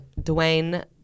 dwayne